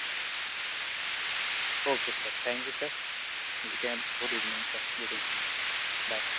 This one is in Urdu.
okay sir thank you sir ملتے ہیں good evening sir good evening bye